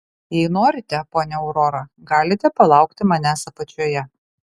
jei norite ponia aurora galite palaukti manęs apačioje